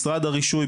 משרד הרישוי,